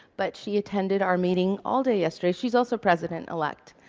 but she attended our meeting all day yesterday. she's also president-elect.